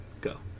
go